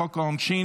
מהחייל שהמצאת,